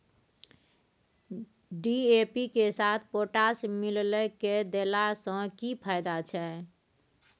DAP के साथ potash मिललय के देला स की फायदा छैय?